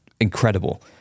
incredible